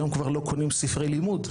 היום כבר לא קונים ספרי לימוד,